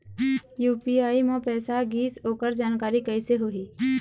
UPI म पैसा गिस ओकर जानकारी कइसे होही?